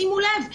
שימו לב,